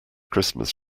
christmas